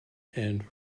and